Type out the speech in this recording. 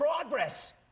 progress